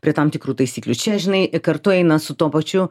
prie tam tikrų taisyklių čia žinai kartu eina su tuo pačiu